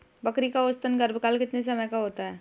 बकरी का औसतन गर्भकाल कितने समय का होता है?